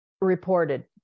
reported